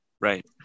right